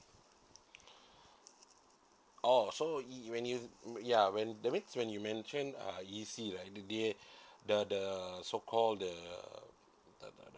oh so you when you ya when that means when you mentioned uh E_C right the the the the so called the the